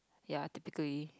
ya typically